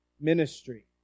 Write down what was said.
ministry